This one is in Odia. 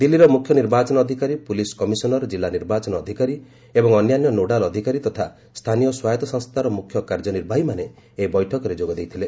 ଦିଲ୍ଲୀର ମୁଖ୍ୟ ନିର୍ବାଚନ ଅଧିକାରୀ ପୁଲିସ୍ କମିଶନର୍ ଜିଲ୍ଲା ନିର୍ବାଚନ ଅଧିକାରୀ ଏବଂ ଅନ୍ୟାନ୍ୟ ନୋଡାଲ୍ ଅଧିକାରୀ ତଥା ସ୍ଥାନୀୟ ସ୍ୱାୟତ୍ତ ସଂସ୍ଥାର ମୁଖ୍ୟ କାର୍ଯ୍ୟନିର୍ବାହୀମାନେ ଏହି ବୈଠକରେ ଯୋଗ ଦେଇଥିଲେ